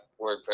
WordPress